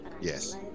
Yes